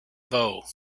bow